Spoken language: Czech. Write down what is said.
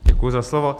Děkuji za slovo.